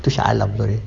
tu shah alam sorry